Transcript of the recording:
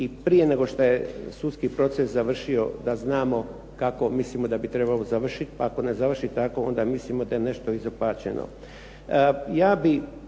i prije nego što je sudski proces završio da znamo kako mislimo da bi trebalo završiti, pa ako ne završi tako onda mislimo da je nešto izopačeno.